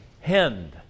HEND